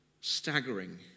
staggering